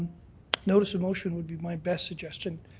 notice of motion would be my best suggestion,